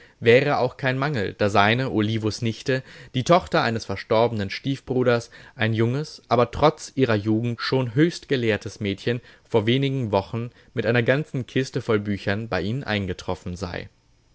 wäre auch kein mangel da seine olivos nichte die tochter seines verstorbenen stiefbruders ein junges aber trotz ihrer jugend schon höchst gelehrtes mädchen vor wenigen wochen mit einer ganzen kiste voll büchern bei ihnen eingetroffen sei